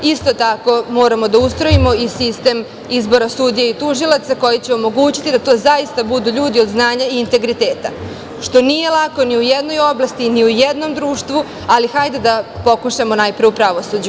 Isto tako moramo da ustrojimo sistem izbora sudija i tužilaca koji će omogućiti da to zaista budu ljudi od znanja i integriteta, što nije lako ni u jednoj oblasti, ni u jednom društvu, ali hajde da pokušamo najpre u pravosuđu.